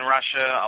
Russia